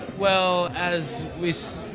well, as was